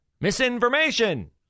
Misinformation